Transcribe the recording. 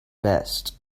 best